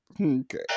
Okay